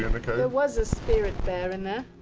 and kind of was a spirit bear in there.